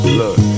look